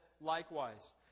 Likewise